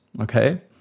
okay